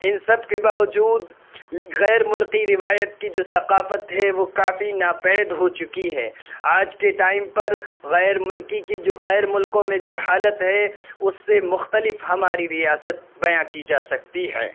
ان سب کے باوجود غیر ملکی روایت کی جو ثقافت ہے وہ کافی ناپید ہو چکی ہے آج کے ٹائم پر غیر ملکی کی جو غیر ملکوں میں جو حالت ہے اس سے مختلف ہماری ریاست بیاں کی جا سکتی ہے